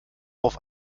auf